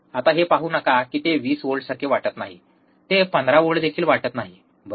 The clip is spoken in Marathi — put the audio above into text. आता हे पाहू नका कारण की ते 20 व्होल्टसारखे वाटत नाही ते 15 व्होल्टदेखील वाटत नाही बरोबर